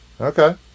okay